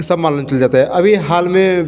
सब मालूम चल जाता है अभी हाल में